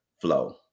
flow